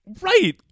Right